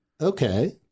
okay